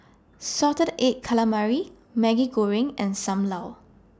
Salted Egg Calamari Maggi Goreng and SAM Lau